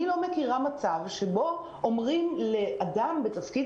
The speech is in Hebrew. אני לא מכירה מצב שבו אומרים לאדם בתפקיד